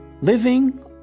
living